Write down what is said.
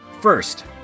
first